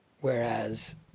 Whereas